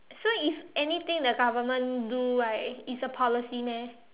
so if anything the government do right is a policy meh